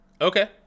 Okay